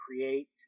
create